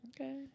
Okay